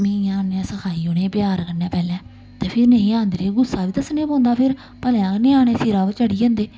मि उयां सखाई उ'नेंगी प्यार कन्नै पैह्लें ते फिर निही आंदे रेह् गुस्सा बी दस्सने पौंदा फिर भलेआं गै ञ्याने सिरा पर चढ़ी जंदे